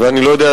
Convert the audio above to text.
ואני לא יודע,